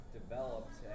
developed